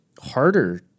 harder